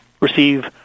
receive